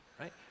right